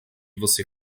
você